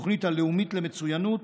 התוכנית הלאומית למצוינות,